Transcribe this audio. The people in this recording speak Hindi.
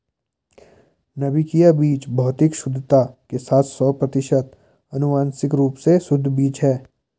नाभिकीय बीज भौतिक शुद्धता के साथ सौ प्रतिशत आनुवंशिक रूप से शुद्ध बीज है